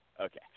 Okay